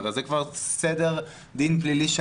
זה כבר סדר דין פלילי.